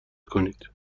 کنید